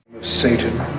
Satan